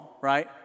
right